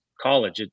college